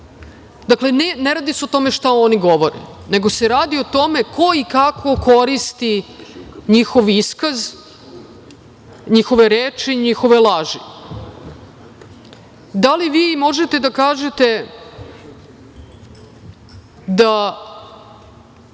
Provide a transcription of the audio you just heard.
teško. Dakle, ne radi se o tome šta oni govore, nego se radi o tome ko i kako koristi njihov iskaz, njihove reči, njihove laži. Da li vi možete da kažete da